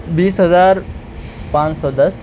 بیس ہزار پان سو دس